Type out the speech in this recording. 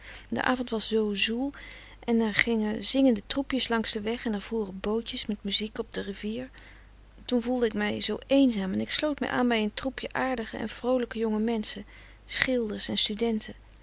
de avond was zoo zoel en er gingen zingende troepjes langs den weg en er voeren bootjes met muziek op de rivier toen voelde ik mij zoo eenzaam en ik sloot mij aan bij een troepje aardige en vroolijke jonge menschen schilders en studenten